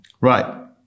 Right